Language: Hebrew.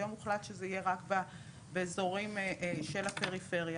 היום הוחלט שזה יהיה רק באזורים של הפריפריה,